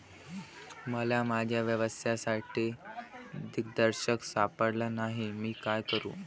मला माझ्या व्यवसायासाठी दिग्दर्शक सापडत नाही मी काय करू?